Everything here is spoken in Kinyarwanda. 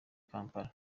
kampala